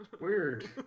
weird